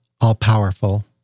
all-powerful